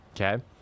Okay